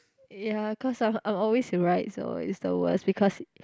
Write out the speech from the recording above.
ya cause I'm I'm always the right so is the worst because